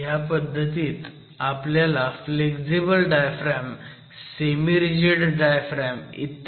ह्या पद्धतीत आपल्याला flexible diaphragm semi rigid diaphragm E